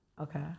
Okay